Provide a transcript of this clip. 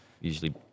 usually